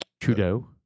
Trudeau